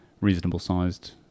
reasonable-sized